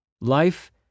Life